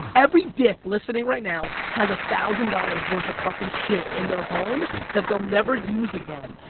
every dick listening right now has a thousand dollars worth of fucking shit in their home that they'll never use again.